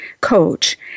Coach